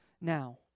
now